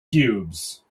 cubes